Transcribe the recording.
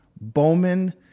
Bowman